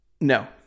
No